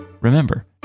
Remember